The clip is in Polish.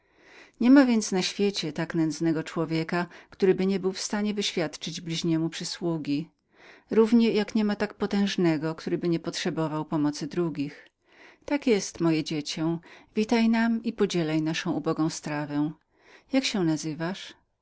nie ma więc na święcieświecie tak nędznego człowieka któryby nie był w stanie wyświadczenia bliźniemu przysługi równie jak niema tak potężnego któryby nie potrzebował pomocy drugich tak jest moje dziecie witaj nam i podzielaj naszą ubogą strawę jak się nazywasz